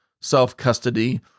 self-custody